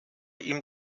ihm